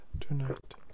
tonight